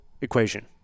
equation